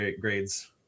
grades